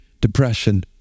depression